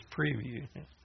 preview